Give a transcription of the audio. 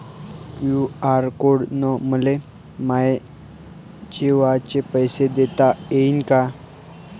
QR code न मले माये जेवाचे पैसे देता येईन का?